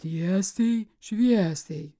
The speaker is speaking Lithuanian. tiesiai šviesiai